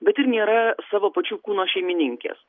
bet ir nėra savo pačių kūno šeimininkės